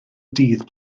dydd